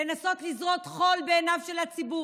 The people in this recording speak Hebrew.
לנסות לזרות חול בעיניו של הציבור,